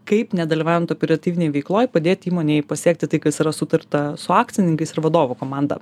kaip nedalyvaujant operatyvinėj veikloj padėt įmonei pasiekti tai kas yra sutarta su akcininkais ir vadovų komanda